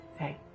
Hey